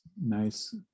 Nice